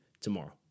tomorrow